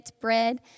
bread